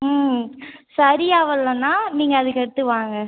ம் சரியாவல்லனா நீங்கள் அதுக்கடுத்து வாங்க